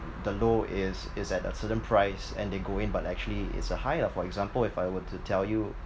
the low is is at a certain price and they go in but actually it's a high lah for example if I were to tell you